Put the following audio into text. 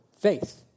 Faith